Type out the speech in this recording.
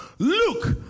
Look